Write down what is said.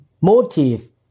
motive